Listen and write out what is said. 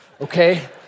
okay